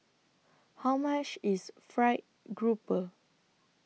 How much IS Fried Grouper